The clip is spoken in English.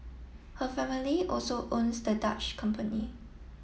her family also owns the Dutch company